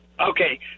Okay